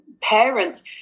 parents